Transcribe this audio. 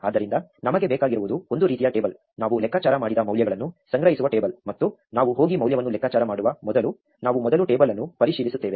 ಆದ್ದರಿಂದ ನಮಗೆ ಬೇಕಾಗಿರುವುದು ಒಂದು ರೀತಿಯ ಟೇಬಲ್ ನಾವು ಲೆಕ್ಕಾಚಾರ ಮಾಡಿದ ಮೌಲ್ಯಗಳನ್ನು ಸಂಗ್ರಹಿಸುವ ಟೇಬಲ್ ಮತ್ತು ನಾವು ಹೋಗಿ ಮೌಲ್ಯವನ್ನು ಲೆಕ್ಕಾಚಾರ ಮಾಡುವ ಮೊದಲು ನಾವು ಮೊದಲು ಟೇಬಲ್ ಅನ್ನು ಪರಿಶೀಲಿಸುತ್ತೇವೆ